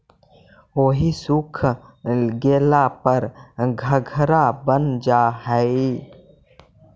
ओहि सूख गेला पर घंघरा बन जा हई